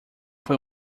foi